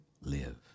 live